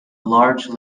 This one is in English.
large